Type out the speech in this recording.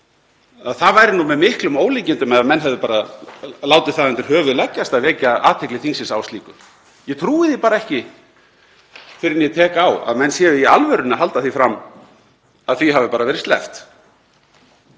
að það væri með miklum ólíkindum ef menn hefðu látið undir höfuð leggjast að vekja athygli þingsins á slíku. Ég trúi því bara ekki fyrr en ég tek á að menn séu í alvöru að halda fram að því hafi bara verið sleppt.